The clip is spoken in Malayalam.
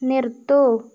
നിർത്തുക